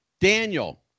Daniel